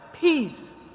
peace